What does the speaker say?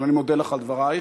אבל אני מודה לך על דברייך.